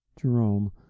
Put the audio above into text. Jerome